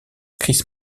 chris